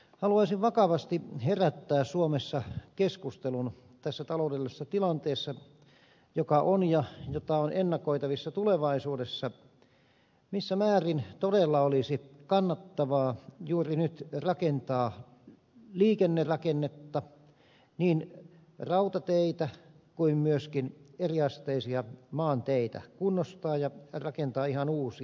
haluaisin vakavasti herättää suomessa keskustelun tässä taloudellisessa tilanteessa joka on ja jota on ennakoitavissa tulevaisuudessa missä määrin todella olisi kannattavaa juuri nyt rakentaa liikennerakennetta niin rautateitä kuin myöskin eriasteisia maanteitä kunnostaa ja rakentaa ihan uusia